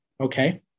Okay